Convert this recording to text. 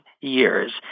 years